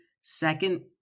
second